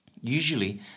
Usually